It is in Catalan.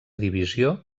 divisió